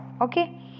okay